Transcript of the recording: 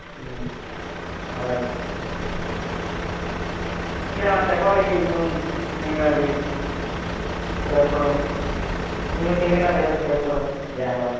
ହୁଁ ହବା ଆଜ୍ଞା ଏଇଟା ଆମ ଦେଖ ଏଇନୁ କିନ୍କାଟା ଚଏସ୍ କର ଇନୁ କିନି କିନା ଚଏସ୍ କର ଯାହା ହବା